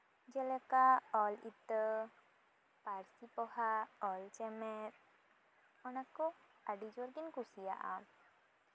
ᱡᱮᱞᱮᱠᱟ ᱚᱞ ᱤᱛᱟᱹ ᱯᱟᱹᱨᱥᱤ ᱯᱚᱦᱟ ᱚᱞ ᱪᱮᱢᱮᱫ ᱚᱱᱟ ᱠᱚ ᱟᱹᱰᱤ ᱡᱳᱨ ᱜᱤᱧ ᱠᱩᱥᱤᱭᱟᱜᱼᱟ